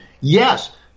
yes